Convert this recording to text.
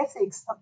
ethics